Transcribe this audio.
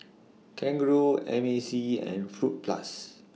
Kangaroo M A C and Fruit Plus